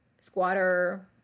Squatter